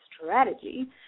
strategy